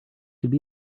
could